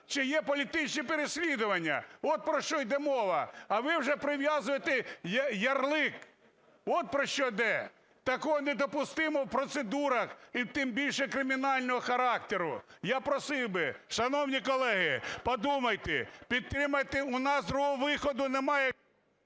чи є політичні переслідування. От про що йде мова. А ви вже прив'язуєте ярлик. От про що йде. Такого недопустимо в процедурах і тим більше кримінального характеру. Я просив би, шановні колеги, подумайте, підтримайте, у нас другого виходу немає…